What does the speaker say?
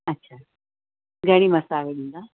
अच्छा घणी मसिवाड़ ॾीन्दा